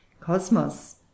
Cosmos